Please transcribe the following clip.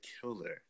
killer